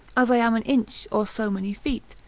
as i am an inch, or so many feet,